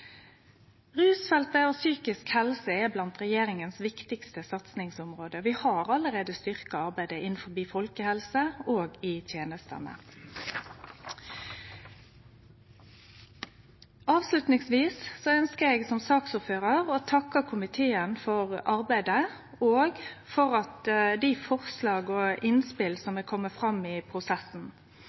Rusfeltet og psykisk helse er blant regjeringas viktigaste satsingsområde. Vi har allereie styrkt arbeidet innan folkehelse og i tenestene. Avslutningsvis ønskjer eg, som saksordførar, å takke komiteen for arbeidet, og for dei forslaga og innspela som har kome fram i prosessen.